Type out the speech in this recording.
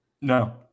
No